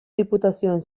diputazioen